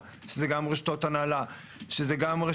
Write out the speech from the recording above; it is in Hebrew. והוא מכניס את החולצה שקנה אליה זה